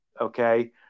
okay